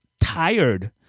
tired